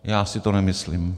Já si to nemyslím.